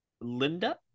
Linda